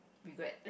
regret